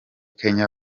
kenya